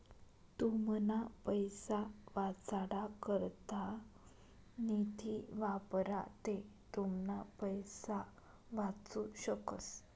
तुमना पैसा वाचाडा करता निधी वापरा ते तुमना पैसा वाचू शकस